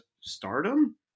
stardom